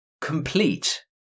complete